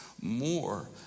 more